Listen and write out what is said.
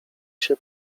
się